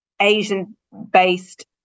Asian-based